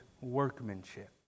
workmanship